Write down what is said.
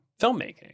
filmmaking